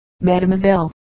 Mademoiselle